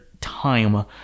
time